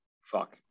fuck